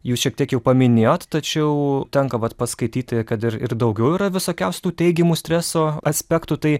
jūs šiek tiek jau paminėjot tačiau tenka paskaityti kad ir ir daugiau yra visokiausių tų teigiamų streso aspektų tai